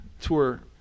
tour